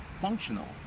functional